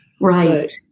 Right